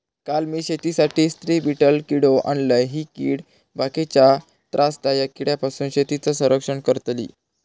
काल मी शेतीसाठी स्त्री बीटल किडो आणलय, ही कीड बाकीच्या त्रासदायक किड्यांपासून शेतीचा रक्षण करतली